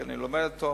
כי אני לומד את זה,